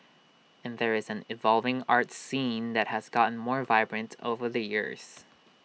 and there is an evolving arts scene that has gotten more vibrant over the years